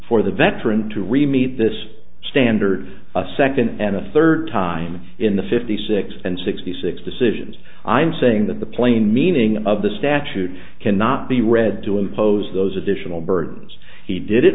for the veteran to re meet this standard a second and a third time in the fifty six and sixty six decisions i'm saying that the plain meaning of the statute cannot be read to impose those additional burdens he did it